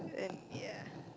and yeah